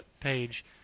page